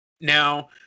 Now